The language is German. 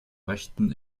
rechten